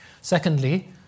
Secondly